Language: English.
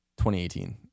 2018